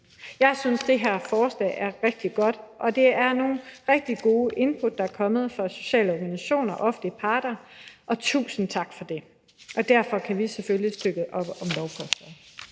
Jeg synes, det her forslag er rigtig godt, og det er nogle rigtig gode input, der er kommet fra sociale organisationer og offentlige parter, og tusind tak for det. Og derfor kan vi selvfølgelig støtte op om lovforslaget.